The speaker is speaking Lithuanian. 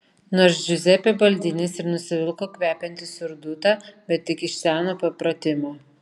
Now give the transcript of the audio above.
nors džiuzepė baldinis ir nusivilko kvepiantį surdutą bet tik iš seno papratimo